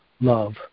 love